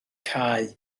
cau